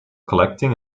collecting